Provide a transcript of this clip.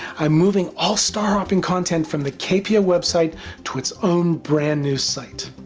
i'm moving all star hopping content from the kpo website to its own brand new site.